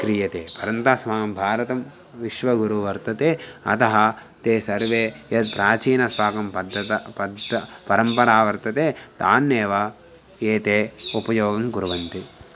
क्रियते परन्तु अस्माकं भारतं विश्वगुरुः वर्तते अतः ते सर्वे यत् प्राचीनम् अस्माकं पद्धतिः पद्धतिः परम्परा वर्तते तामेव एते उपयोगं कुर्वन्ति